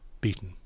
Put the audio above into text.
Beaten